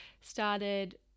started